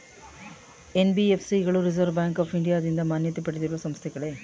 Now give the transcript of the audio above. NBFC ಗಳು reserve bank of ಇಂಡಿಯಾದಿಂದ ಮಾನ್ಯತೆ ಪಡೆದಿರುವ ಸಂಸ್ಥೆಗಳೇ?